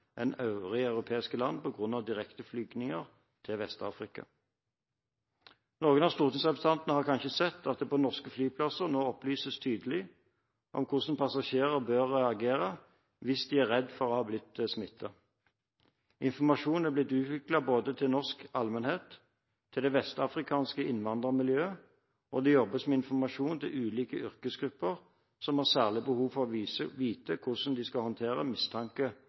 land på grunn av direkteflyvninger til Vest-Afrika. Noen av stortingsrepresentantene har kanskje sett at det på norske flyplasser nå opplyses tydelig om hvordan passasjerer bør agere hvis de er redd for å ha blitt smittet. Informasjon er blitt utviklet både til norsk allmennhet, til vestafrikanske innvandrermiljøer, og det jobbes med informasjon til ulike yrkesgrupper som har særlig behov for å vite hvordan de skal håndtere mistanke